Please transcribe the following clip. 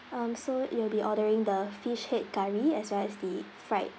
um so you'll be ordering the fish head curry as well as the fried